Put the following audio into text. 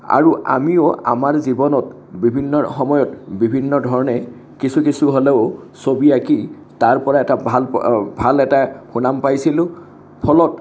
আৰু আমিও আমাৰ জীৱনত বিভিন্ন সময়ত বিভিন্ন ধৰণে কিছু কিছু হ'লেও ছবি আঁকি তাৰপৰা এটা ভাল ভাল এটা সুনাম পাইছিলোঁ ফলত